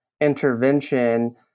intervention